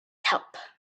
help